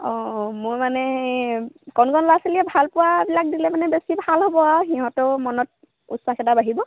অঁ অঁ মই মানে এই কণ কণ ল'ৰা ছোৱালীয়ে ভাল পোৱাবিলাক দিলে মানে বেছি ভাল হ'ব আৰু সিহঁতেও মনত উৎসাহ এটা বাঢ়িব